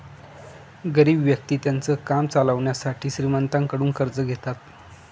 गरीब व्यक्ति त्यांचं काम चालवण्यासाठी श्रीमंतांकडून कर्ज घेतात